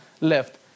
left